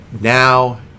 now